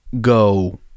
go